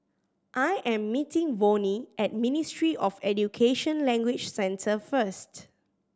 I am meeting Vonnie at Ministry of Education Language Centre first